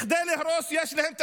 כדי להרוס יש להם תקציב,